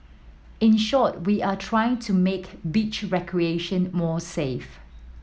in short we are trying to make beach recreation more safe